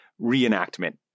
reenactment